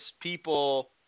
people